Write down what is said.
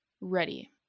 ready